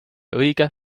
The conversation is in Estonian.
õige